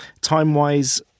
Time-wise